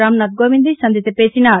ராம்நாத் கோவிந்த் தை சந்தித்து பேசினார்